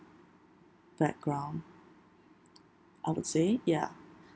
background I would say ya